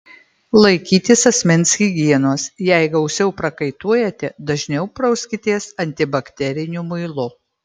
laikytis asmens higienos jei gausiau prakaituojate dažniau prauskitės antibakteriniu muilu